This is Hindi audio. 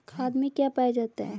खाद में क्या पाया जाता है?